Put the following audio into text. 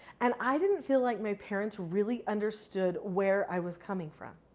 and i didn't feel like my parents really understood where i was coming from.